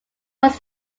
was